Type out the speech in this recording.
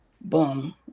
Boom